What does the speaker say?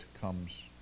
comes